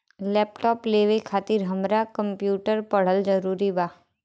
Laptop लेवे खातिर हमरा कम्प्युटर पढ़ल जरूरी बा?